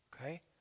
okay